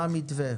מה המתווה?